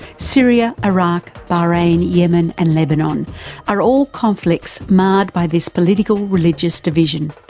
syria, iraq, bahrain, yemen and lebanon are all conflicts marred by this political religious division,